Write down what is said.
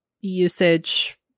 usage